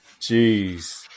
Jeez